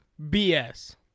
BS